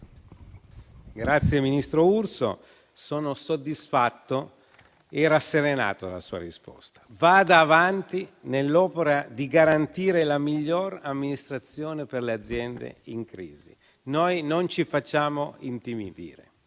Ministro Urso, sono soddisfatto e rasserenato dalla sua risposta. Vada avanti nell'opera di garantire la miglior amministrazione per le aziende in crisi. Noi non ci facciamo intimidire.